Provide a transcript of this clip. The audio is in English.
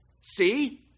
See